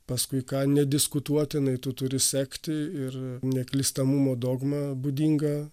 paskui ką nediskutuotinai tu turi sekti ir neklystamumo dogma būdinga